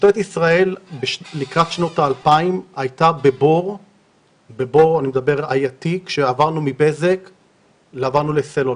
משטרת ישראל לקראת שנות ה-2000 הייתה בבור כשעברנו מבזק לסלולר.